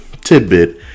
tidbit